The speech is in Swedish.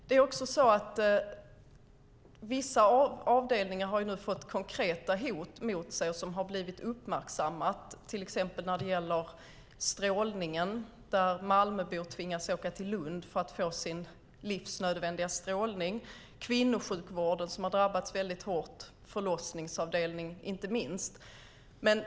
Det är också så att vissa avdelningar har fått konkreta hot mot sig som har blivit uppmärksammade, till exempel när det gäller strålningen, där Malmöbor tvingas åka till Lund för att få sin livsnödvändiga strålning. Kvinnosjukvården har drabbats väldigt hårt, förlossningsavdelningen inte minst.